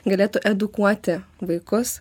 galėtų edukuoti vaikus